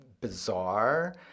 bizarre